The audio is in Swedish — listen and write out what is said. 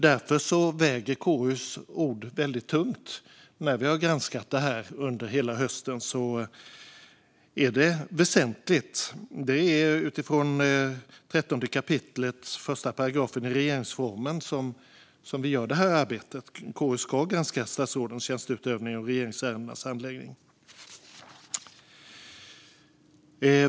Därför väger KU:s ord väldigt tungt när vi under hela hösten har granskat detta. Det är väsentligt. Vi gör arbetet utifrån 13 kap. 1 § regeringsformen. KU ska granska statsrådens tjänsteutövning och regeringsärendenas handläggning.